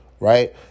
Right